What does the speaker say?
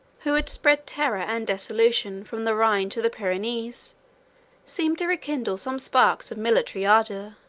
who had spread terror and desolation from the rhine to the pyrenees, seemed to rekindle some sparks of military ardor.